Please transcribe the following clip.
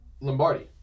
Lombardi